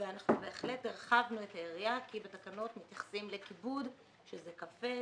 אנחנו בהחלט הרחבנו את היריעה כי בתקנות מתייחסים לכיבוד שזה קפה,